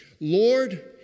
Lord